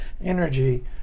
energy